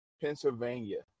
Pennsylvania